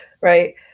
right